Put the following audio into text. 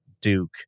Duke